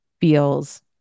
feels